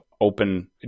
open